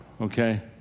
okay